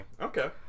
Okay